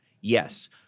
Yes